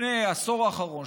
בעשור האחרון,